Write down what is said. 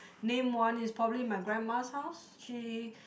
name one is probably my grandma's house she